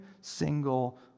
single